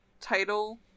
title